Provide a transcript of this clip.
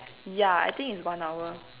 ya I think it's one hour